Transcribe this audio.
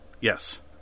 yes